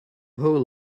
whole